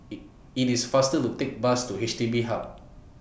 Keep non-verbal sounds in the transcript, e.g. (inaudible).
(unintelligible) IT IS faster to Take Bus to H D B Hub